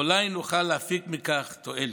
אולי נוכל להפיק מכך תועלת.